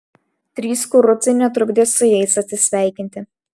trys kurucai netrukdė su jais atsisveikinti